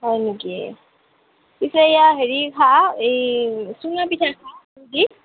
হয় নেকি পিছে এইয়া হেৰি খা এই চুঙা পিঠা খা গুৰ দি